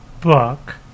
book